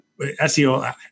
SEO